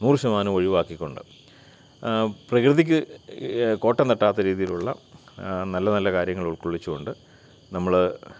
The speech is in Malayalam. നൂറു ശതമാനവും ഒഴുവാക്കിക്കൊണ്ട് പ്രകൃതിക്ക് കോട്ടംതട്ടാത്ത രീതിയിലുള്ള നല്ല നല്ല കാര്യങ്ങൾ ഉൾക്കൊള്ളിച്ചുകൊണ്ട് നമ്മൾ